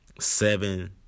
seven